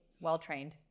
well-trained